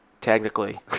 Technically